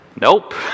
nope